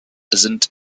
sind